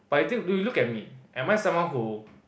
but you think look at me am I someone who